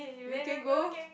you can go